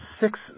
six